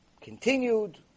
continued